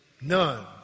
None